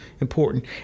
important